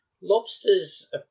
lobsters